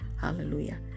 hallelujah